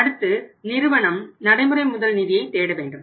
அடுத்து நிறுவனம் நடைமுறை முதல் நிதியை தேட வேண்டும்